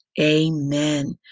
Amen